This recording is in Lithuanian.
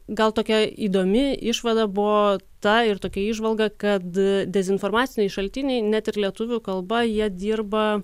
gal tokia įdomi išvada buvo ta ir tokia įžvalga kad dezinformaciniai šaltiniai net ir lietuvių kalba jie dirba